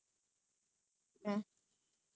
oh you have to commit to that lah அப்பப்போ:appapo